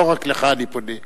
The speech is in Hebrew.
לא רק אליך אני פונה,